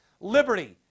Liberty